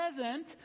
present